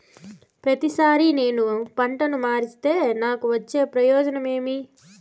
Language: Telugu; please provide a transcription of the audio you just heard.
ప్రతిసారి నేను పంటను మారిస్తే నాకు వచ్చే ప్రయోజనం ఏమి?